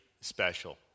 special